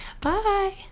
bye